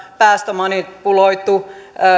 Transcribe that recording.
päästömanipuloidussa